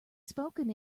spoken